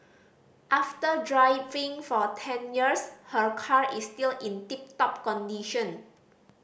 after driving for ten years her car is still in tip top condition